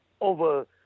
over